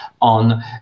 on